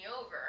over